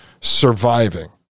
surviving